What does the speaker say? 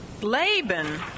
Laban